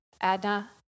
Adna